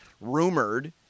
rumored